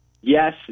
yes